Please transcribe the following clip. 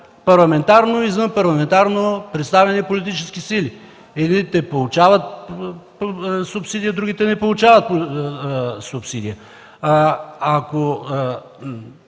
Парламентарно и извънпарламентарно представени политически сили – едните получават субсидия, другите не получават субсидия. Ако